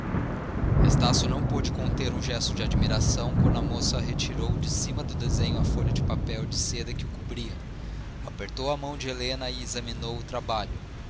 estácio não pôde conter um gesto de admiração quando a moça retirou de cima do desenho a folha de papel de seda que o cobria apertou a mão de helena e examinou o trabalho